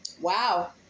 Wow